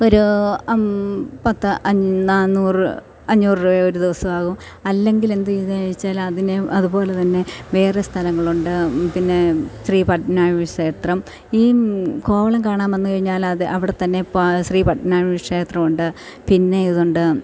ഒരു പത്ത് നാന്നൂറ് അഞ്ഞൂറ് രൂപ ഒരു ദിവസം ആകും അല്ലെങ്കിൽ എന്ത് ചെയ്തേനെ വെച്ചാൽ അതിന് അത് പോലെ തന്നെ വേറെ സ്ഥലങ്ങളുണ്ട് പിന്നെ ശ്രീ പത്മനാഭ ക്ഷേത്രം ഈ കോവളം കാണാൻ വന്നുകഴിഞ്ഞാൽ അത് അവിടെത്തന്നെ പത്മനാഭ ക്ഷേത്രം ഉണ്ട് പിന്നെ ഇതുണ്ട്